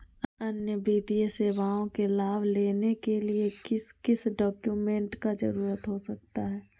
अन्य वित्तीय सेवाओं के लाभ लेने के लिए किस किस डॉक्यूमेंट का जरूरत हो सकता है?